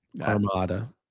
Armada